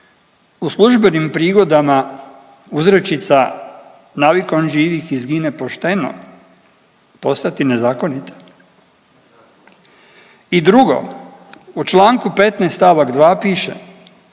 u službenim prigodama uzrečica …/Govornik se ne razumije./… nije pošteno, postati nezakonita. I drugo, u Članku 15. stavak 2. piše,